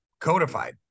codified